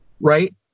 right